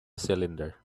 cylinder